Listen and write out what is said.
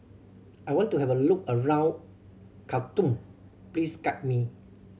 I want to have a look around Khartoum please guide me